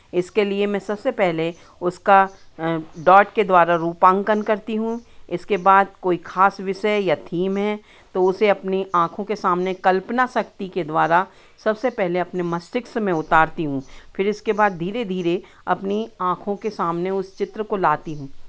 इसके लिए मैं सबसे पहले उसका डॉट के द्वारा रूपांकन करती हूँ इसके बाद कोई खास विषय या थीम है तो उसे अपनी आँखों के सामने कल्पना शक्ति के द्वारा सबसे पहले अपने मस्तिष्क में उतारती हूँ फिर इसके बाद धीरे धीरे अपनी आँखों के सामने उस चित्र को लाती हूँ